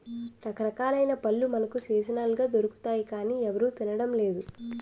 రకరకాలైన పళ్ళు మనకు సీజనల్ గా దొరుకుతాయి గానీ ఎవరూ తినడం లేదు